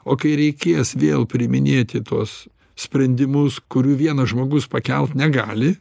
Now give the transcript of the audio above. o kai reikės vėl priiminėti tuos sprendimus kurių vienas žmogus pakelt negali